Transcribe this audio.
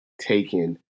taken